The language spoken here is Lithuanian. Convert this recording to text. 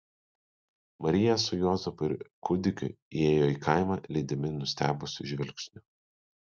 marija su juozapu ir kūdikiu įėjo į kaimą lydimi nustebusių žvilgsnių